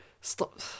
stop